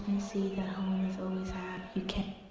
you know always always had. you can't